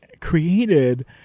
created